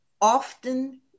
often